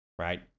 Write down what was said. right